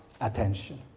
attention